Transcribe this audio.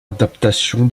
adaptation